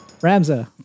Ramza